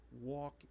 walk